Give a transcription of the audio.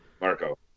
Marco